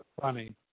funny